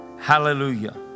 Hallelujah